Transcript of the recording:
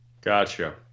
Gotcha